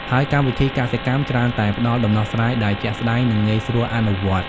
ហើយកម្មវិធីកសិកម្មច្រើនតែផ្ដល់ដំណោះស្រាយដែលជាក់ស្ដែង និងងាយស្រួលអនុវត្ត។